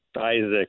Isaac